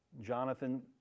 Jonathan